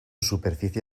superficie